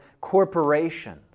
corporations